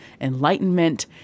enlightenment